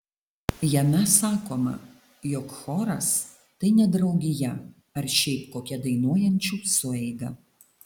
jame sakoma jog choras tai ne draugija ar šiaip kokia dainuojančių sueiga